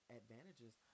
advantages